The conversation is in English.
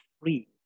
free